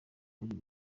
wari